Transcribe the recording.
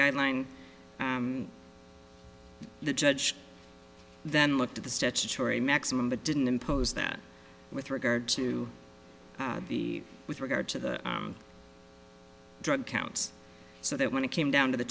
guideline the judge then looked at the statutory maximum the didn't impose that with regard to the with regard to the drug counts so that when it came down to the